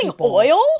oil